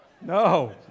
No